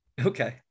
Okay